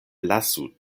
lasu